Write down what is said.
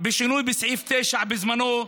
בשינוי בסעיף 9 בזמנו,